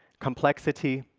complexity,